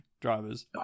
drivers